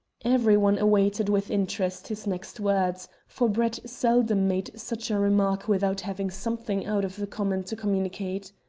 everyone awaited with interest his next words, for brett seldom made such a remark without having something out of the common to communicate.